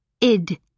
Id